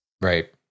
right